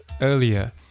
earlier